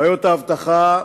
בעיות האבטחה,